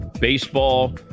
baseball